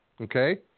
Okay